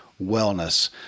wellness